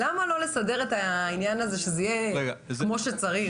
למה לא לסדר את העניין הזה כדי שיהיה כמו שצריך?